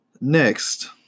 next